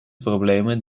problemen